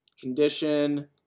condition